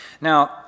Now